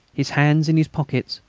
his hands in his pockets,